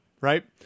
right